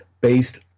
based